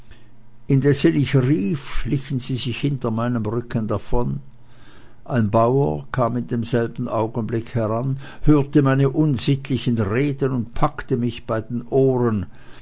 ich rief schlichen sie sich hinter meinem rücken davon ein bauer kam in demselben augenblicke heran hörte meine unsittlichen reden und packte mich bei den ohren